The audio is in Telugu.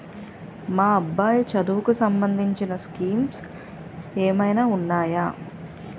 మా అబ్బాయి చదువుకి సంబందించిన స్కీమ్స్ ఏమైనా ఉన్నాయా?